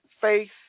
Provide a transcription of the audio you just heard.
Faith